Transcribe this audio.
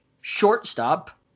Shortstop